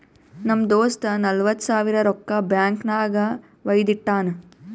ನಮ್ ದೋಸ್ತ ನಲ್ವತ್ ಸಾವಿರ ರೊಕ್ಕಾ ಬ್ಯಾಂಕ್ ನಾಗ್ ವೈದು ಇಟ್ಟಾನ್